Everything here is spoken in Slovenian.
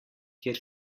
kjer